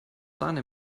sahne